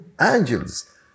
angels